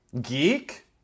Geek